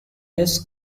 this